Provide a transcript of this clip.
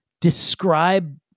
describe